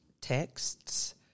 texts